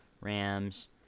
Rams